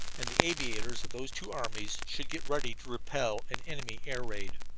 and the aviators of those two armies, should get ready to repel an enemy air raid.